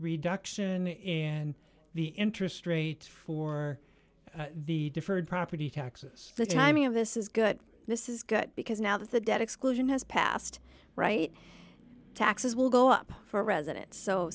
reduction in the interest rate for the deferred property taxes the timing of this is good this is good because now that the debt exclusion has passed right taxes will go up for residents so